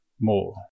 more